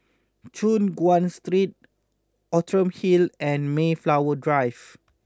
Choon Guan Street Outram Hill and Mayflower Drive